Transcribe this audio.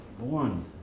born